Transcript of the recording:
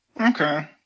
Okay